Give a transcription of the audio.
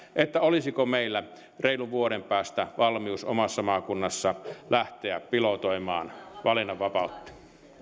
olisiko reilun vuoden päästä valmius omassa maakunnassa lähteä pilotoimaan valinnanvapautta